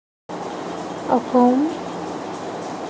Assam